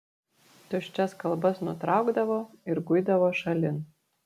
tuščias kalbas nutraukdavo ir guidavo šalin